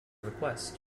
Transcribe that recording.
request